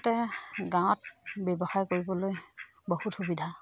গাঁৱত ব্যৱসায় কৰিবলৈ বহুত সুবিধা